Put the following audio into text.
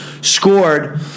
scored